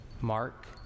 Mark